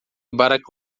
barack